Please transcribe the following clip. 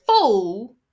fool